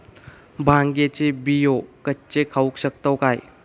भांगे चे बियो कच्चे खाऊ शकताव काय?